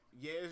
yes